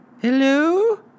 Hello